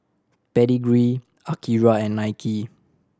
Pedigree Akira and Nike